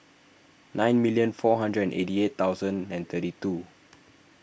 nine million four hundred eighty eight thousand and thirty two